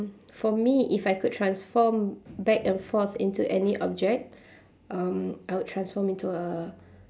for me if I could transform back and forth into any object um I would transform into a